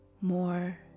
more